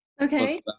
Okay